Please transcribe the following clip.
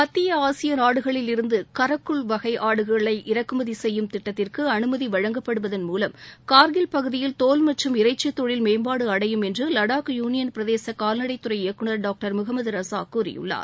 மத்திய ஆசிய நாடுகளில் இருந்து கரக்குள் வகை ஆடுகளை இறக்குமதி செய்யும் திட்டத்திற்கு அனுமதி வழங்கப்படுவதன் மூலம் கார்கில் பகுதியில் தோல் மற்றும் இறைச்சி தொழில் மேம்பாடு அடைய கால்நடை உதவிடும் லடாக் யூனியன் பிரதேச இயக்குநர் என்று துறை டாக்டர் முகமது ரசா கூறியுள்ளார்